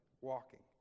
walking